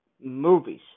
movies